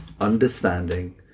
understanding